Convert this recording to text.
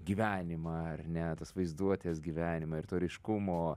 gyvenimą ar ne tos vaizduotės gyvenimą ir to ryškumo